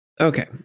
Okay